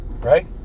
right